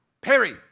Perry